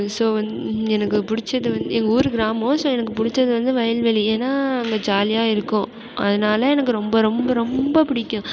so one எனக்கு பிடிச்சது வந்து எங்கவூரு கிராமம் ஸோ எனக்கு பிடிச்சது வந்து வயல்வெளி ஏன்னா அங்கே ஜாலியாக இருக்கும் அதனால எனக்கு ரொம்ப ரொம்ப ரொம்ப பிடிக்கும்